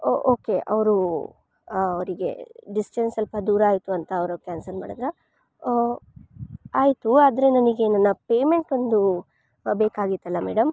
ಓಹ್ okay ಅವರು ಅವರಿಗೆ distance ಸ್ವಲ್ಪ ದೂರ ಆಯಿತು ಅಂತ ಅವರು ಕ್ಯಾನ್ಸಲ್ ಮಾಡಿದ್ರಾ ಓಹ್ ಆಯಿತು ಆದರೆ ನನಗೆ ನನ್ನ ಪೇಮೆಂಟ್ ಒಂದು ಬೇಕಾಗಿತ್ತಲ್ಲ ಮೇಡಮ್